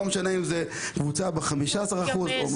לא משנה אם זאת קבוצה במסגרת ה-15% האלה או לא.